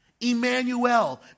Emmanuel